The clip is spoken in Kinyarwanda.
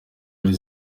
ali